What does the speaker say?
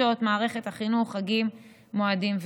חופשות מערכת החינוך וחגים ומועדים.